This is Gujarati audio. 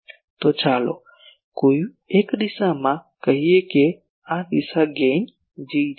તો ચાલો કોઈ ચોક્કસ દિશામાં કહીએ કે આ દિશા ગેઇન G છે